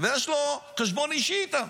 ויש לו חשבון אישי איתם.